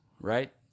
right